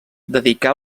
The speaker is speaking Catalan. dedicà